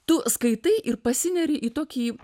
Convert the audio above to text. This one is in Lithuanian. tu skaitai ir pasineri į tokį